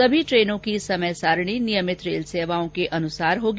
सभी ट्रेनों की समय सारिणी नियमित रेल सेवाओं के अनुसार होगी